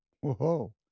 Whoa